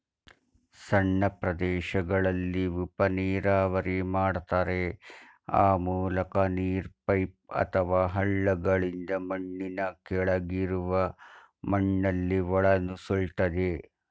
ಸಣ್ಣ ಪ್ರದೇಶಗಳಲ್ಲಿ ಉಪನೀರಾವರಿ ಮಾಡ್ತಾರೆ ಆ ಮೂಲಕ ನೀರು ಪೈಪ್ ಅಥವಾ ಹಳ್ಳಗಳಿಂದ ಮಣ್ಣಿನ ಕೆಳಗಿರುವ ಮಣ್ಣಲ್ಲಿ ಒಳನುಸುಳ್ತದೆ